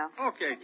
Okay